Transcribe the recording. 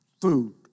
food